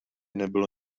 nebylo